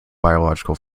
biological